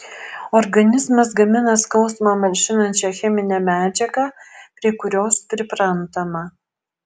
organizmas gamina skausmą malšinančią cheminę medžiagą prie kurios priprantama